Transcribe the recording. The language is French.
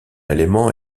élément